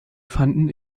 fanden